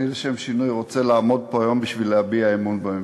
אני לשם שינוי רוצה לעמוד פה היום בשביל להביע אמון בממשלה,